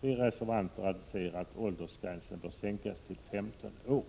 Vi reservanter anser att åldersgränsen bör sänkas till 15 år.